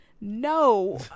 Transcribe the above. No